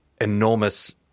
enormous